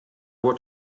what